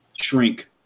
shrink